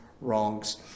wrongs